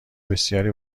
بسیاری